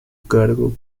cargo